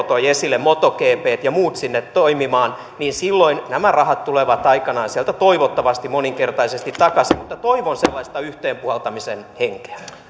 toi esille motogpt ja muut sinne toimimaan niin silloin nämä rahat tulevat aikanaan sieltä toivottavasti moninkertaisesti takaisin toivon sellaista yhteen hiileen puhaltamisen henkeä